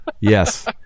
Yes